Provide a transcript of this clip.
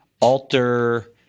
alter